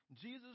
Jesus